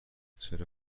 چرا